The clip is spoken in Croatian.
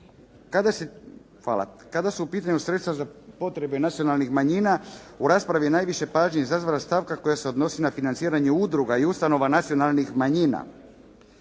kada su u pitanju sredstva za potrebe nacionalnih manjina, u raspravi je najviše pažnje izazvala stavka koja se odnosi na financiranje udruga i ustanova nacionalnih manjina.